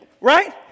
right